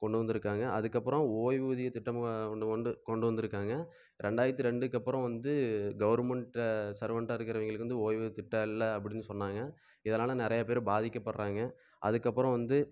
கொண்டு வந்துருக்காங்க அதற்கப்பறம் ஓய்வூதிய திட்டம் ஒன்று ஒண்டு கொண்டு வந்துருக்காங்க ரெண்டாயிரத்து ரெண்டுக்கப்பறம் வந்து கவர்மெண்ட்டு சர்வண்ட்டாக இருக்கிறவைங்களுக்கு வந்து ஓய்வு திட்டம் இல்லை அப்படின்னு சொன்னாங்க இதனால் நிறைய பேர் பாதிக்கப்படுறாங்க அதற்கப்பறம் வந்து